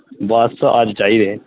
बस अज्ज चाहिदे